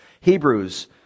Hebrews